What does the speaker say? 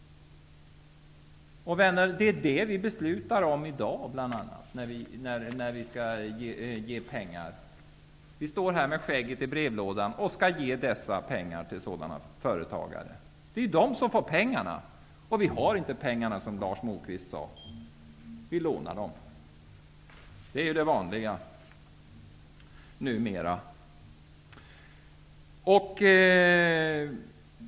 Och, vänner, det är det vi beslutar om i dag när vi skall ge pengar. Vi står här med skägget i brevlådan och skall ge dessa pengar till sådana företagare. Det är ju de som får pengarna. Vi har inte pengarna, som Lars Moquist sade, vi lånar dem. Det är det vanliga numera.